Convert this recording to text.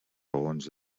raons